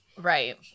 Right